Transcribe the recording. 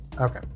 Okay